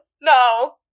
No